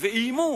ואיימו